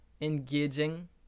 engaging